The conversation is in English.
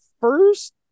first